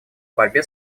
борьбе